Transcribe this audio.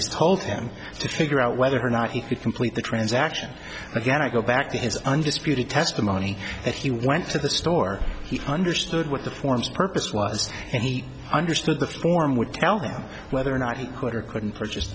licensees told him to figure out whether or not he would complete the transaction again i go back to his undisputed testimony that he went to the store he understood what the forms purpose was and he understood the form would tell them whether or not he quit or couldn't purchase